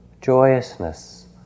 joyousness